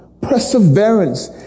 perseverance